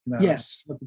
Yes